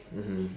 mmhmm